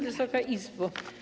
Wysoka Izbo!